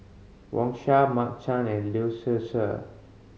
Wang Sha Mark Chan and Lee Seow Ser